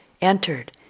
entered